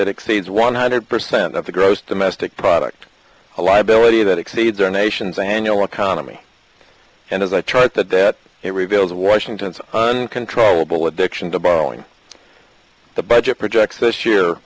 that exceeds one hundred percent of the gross domestic product a liability that exceeds our nation's annual economy and as i tried to do that it reveals washington's and controllable addiction to borrowing the budget projects this year